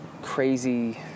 crazy